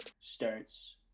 starts